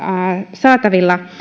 saatavilla